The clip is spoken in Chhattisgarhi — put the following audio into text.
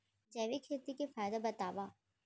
जैविक खेती के फायदा बतावा?